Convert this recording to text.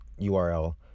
URL